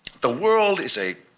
the world is a